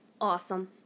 awesome